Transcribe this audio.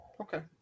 Okay